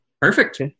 Perfect